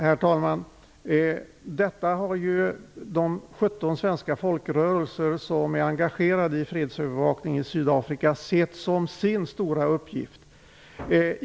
Herr talman! Detta har de 17 svenska folkrörelser som är engagerade i fredsövervakningen i Sydafrika sett som sin stora uppgift.